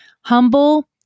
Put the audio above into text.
humble